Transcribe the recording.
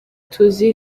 tuzi